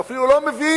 הוא אפילו לא מבין